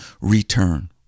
return